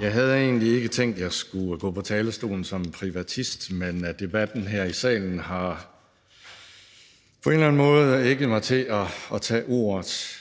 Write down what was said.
Jeg havde egentlig ikke tænkt, at jeg skulle gå på talerstolen som privatist, men debatten her i salen har på en eller anden måde ægget mig til at tage ordet.